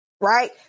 right